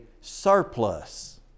surplus